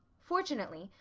fortunately,